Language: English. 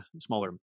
smaller